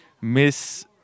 miss